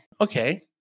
Okay